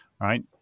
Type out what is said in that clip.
right